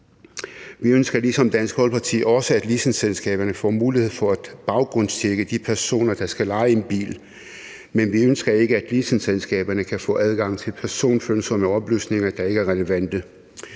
Vi ønsker ligesom Dansk Folkeparti også, at leasingselskaberne får mulighed for at baggrundstjekke de personer, der skal leje en bil, men vi ønsker ikke, at leasingselskaberne kan få adgang til personfølsomme oplysninger, der ikke er relevante.